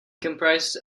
comprised